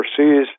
overseas